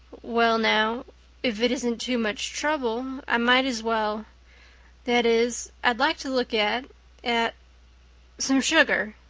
well now if it isn't too much trouble i might as well that is i'd like to look at at some sugar.